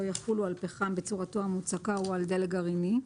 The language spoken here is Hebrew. יחולו על פחם בצורתו המוצקה או על דלק גרעיני.